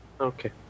Okay